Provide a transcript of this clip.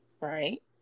Right